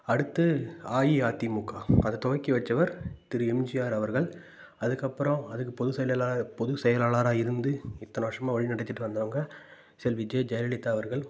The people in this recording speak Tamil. அடுத்து அஇஅதிமுக அதை துவக்கி வைத்தவர் திரு எம்ஜிஆர் அவர்கள் அதுக்கப்புறம் அதுக்கு பொது செயலாளா பொது செயலாளராக இருந்து இத்தனை வருஷமா வழி நடத்திகிட்டு வந்தவங்கள் செல்வி ஜெ ஜெயலலிதா அவர்கள்